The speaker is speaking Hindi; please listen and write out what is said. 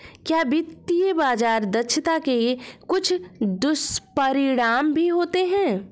क्या वित्तीय बाजार दक्षता के कुछ दुष्परिणाम भी होते हैं?